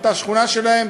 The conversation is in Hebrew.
באותה שכונה שלהם,